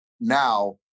now